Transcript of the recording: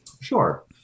Sure